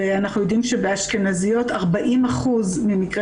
אנחנו יודעים שבנשים אשכנזיות 40% ממקרי